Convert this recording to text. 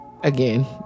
again